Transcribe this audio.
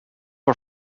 our